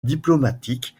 diplomatiques